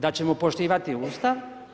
Da ćemo poštivati ustav.